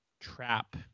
Trap